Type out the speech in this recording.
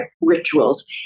rituals